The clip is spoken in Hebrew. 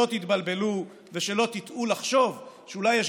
שלא תתבלבלו ושלא תטעו לחשוב שאולי יש